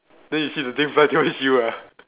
then you see the thing fly towards you ah